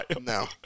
No